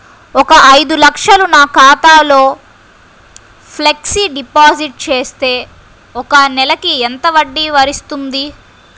ఒక ఐదు లక్షలు నా ఖాతాలో ఫ్లెక్సీ డిపాజిట్ చేస్తే ఒక నెలకి ఎంత వడ్డీ వర్తిస్తుంది?